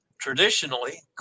Traditionally